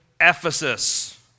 Ephesus